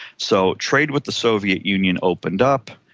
so trade with the soviet union opened up,